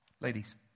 ladies